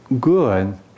good